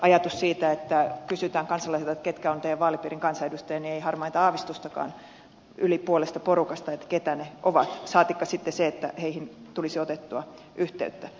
jos kysyttäisiin kansalaisilta ketkä ovat teidän vaalipiirinne kansanedustajia niin ei olisi harmainta aavistustakaan yli puolella porukasta keitä ne ovat saatikka sitten että heihin tulisi otettua yhteyttä